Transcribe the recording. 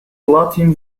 latin